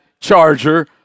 charger